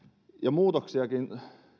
muutoksiakin